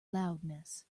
loudness